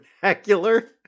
vernacular